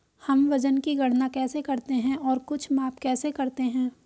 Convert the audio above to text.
हम वजन की गणना कैसे करते हैं और कुछ माप कैसे करते हैं?